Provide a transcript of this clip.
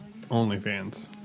OnlyFans